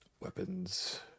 Weapons